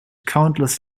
countless